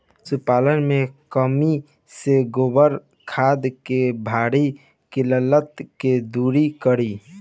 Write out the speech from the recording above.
पशुपालन मे कमी से गोबर खाद के भारी किल्लत के दुरी करी?